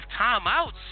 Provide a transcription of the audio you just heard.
timeouts